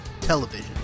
television